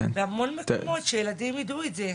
בהמון מקומות שילדים ידעו את זה.